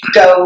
go